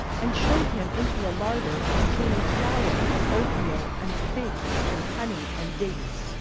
and showed him into a larder containing flour and oatmeal and figs and honey and dates.